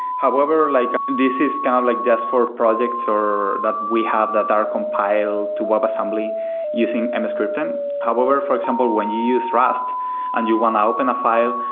however, like this is kind of like just for projects, or that we have that are compiled to webassembly using emscripten however for example, when you use rust and you want to open a file,